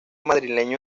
madrileño